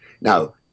Now